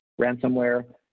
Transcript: ransomware